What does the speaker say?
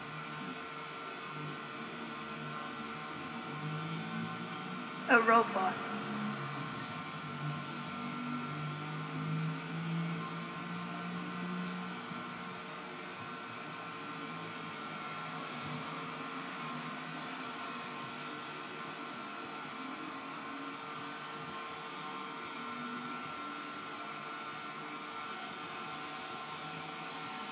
a robot